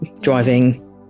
driving